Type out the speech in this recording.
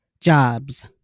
jobs